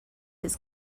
his